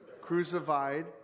crucified